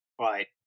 Right